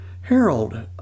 Harold